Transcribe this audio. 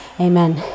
Amen